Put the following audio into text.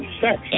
sex